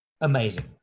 amazing